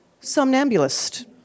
somnambulist